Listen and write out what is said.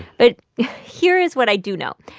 but here is what i do know.